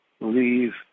leave